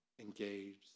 engaged